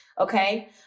Okay